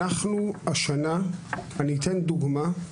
ואני אתן דוגמה.